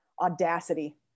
audacity